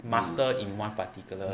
master in one particular